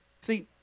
See